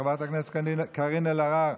חברת הכנסת קארין אלהרר,